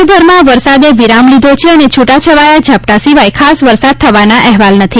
રાજ્યભરમાં વરસાદે વિરામ લીધો છે અને છૂટાછવાયાં ઝાપટાં સિવાય ખાસ વરસાદ થવાના અહેવાલ નથી